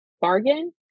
bargain